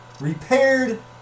repaired